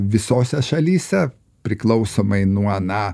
visose šalyse priklausomai nuo na